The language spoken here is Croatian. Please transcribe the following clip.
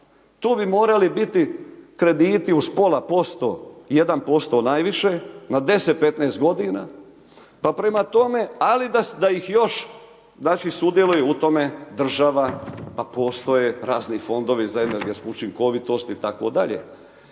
tu bi morali biti krediti uz pola posto, 1% najviše, na 10, 15 g. pa prema tome, ali da ih još znači sudjeluje u tome država pa postoje razni fondovi za energetsku učinkovitost itd.